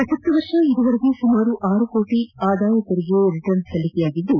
ಪ್ರಸಕ್ತ ವರ್ಷ ಈವರೆಗೆ ಸುಮಾರು ಆರು ಕೋಟ ಆದಾಯ ತೆರಿಗೆ ರಿಟರ್ನ್ಸ್ ಸಲ್ಲಿಕೆಯಾಗಿದ್ದು